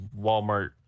Walmart